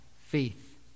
faith